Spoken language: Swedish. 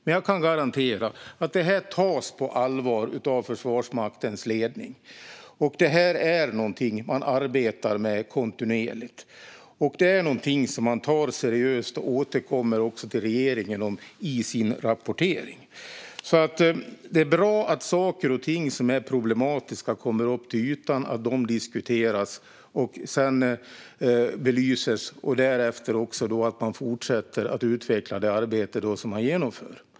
Men jag kan garantera att det här tas på allvar av Försvarsmaktens ledning och är något man arbetar med kontinuerligt. Det är något man hanterar seriöst och återkommer till regeringen om i sin rapportering. Det är bra att saker och ting som är problematiska kommer upp till ytan, att de diskuteras och belyses och att man därefter fortsätter utveckla det arbete man genomför.